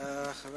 חבר